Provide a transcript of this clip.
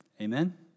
amen